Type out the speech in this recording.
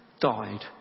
died